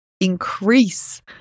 increase